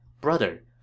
Brother